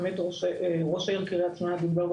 באמת ראש העיר קריית שמונה דיבר פה